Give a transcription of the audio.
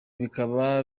bikaba